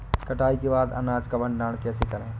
कटाई के बाद अनाज का भंडारण कैसे करें?